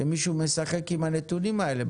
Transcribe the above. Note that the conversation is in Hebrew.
שמישהו משחק עם הנתונים האלה?